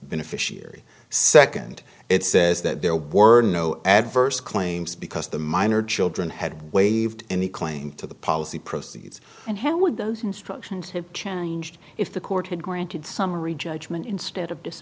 beneficiary second it says that there were no adverse claims because the minor children had waived any claim to the policy proceeds and how would those instructions have changed if the court had granted summary judgment instead of